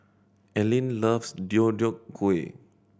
Aleen loves Deodeok Gui